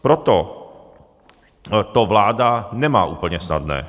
Proto to vláda nemá úplně snadné.